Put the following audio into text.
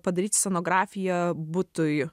padaryt scenografiją butui